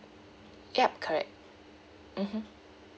yup correct mmhmm